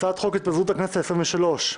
הצעת חוק התפזרות הכנסת העשרים ושלוש,